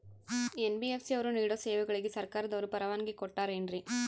NBFC ಅವರು ನೇಡೋ ಸೇವೆಗಳಿಗೆ ಸರ್ಕಾರದವರು ಪರವಾನಗಿ ಕೊಟ್ಟಾರೇನ್ರಿ?